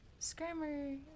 Scrammer